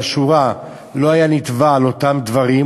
השורה הוא לא היה נתבע על אותם דברים,